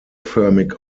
förmig